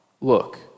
Look